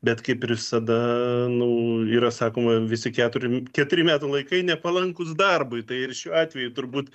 bet kaip ir visada nu yra sakoma visi keturi keturi metų laikai nepalankūs darbui tai ir šiuo atveju turbūt